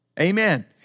Amen